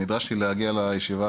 נדרשתי להגיע לישיבה.